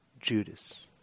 Judas